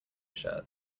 shirt